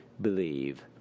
believe